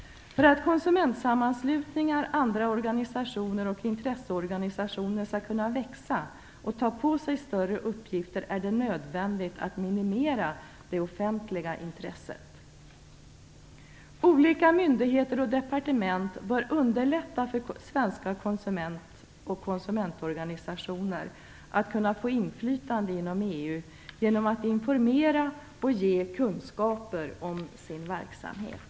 För att konsumentsammanslutningar, andra organisationer och intresseorganisationer skall kunna växa och ta på sig större uppgifter är det nödvändigt att minimera det offentliga intresset. Olika myndigheter och departement bör underlätta för svenska konsumentorganisationer att få inflytande inom EU genom att informera och ge kunskaper om sina verksamheter.